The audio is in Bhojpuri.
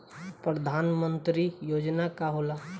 परधान मंतरी योजना का होला?